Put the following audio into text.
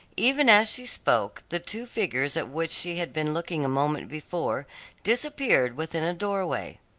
even as she spoke, the two figures at which she had been looking a moment before disappeared within a doorway.